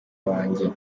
bajye